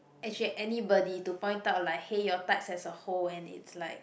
actually anybody to point out like hey your tights has a hole and it's like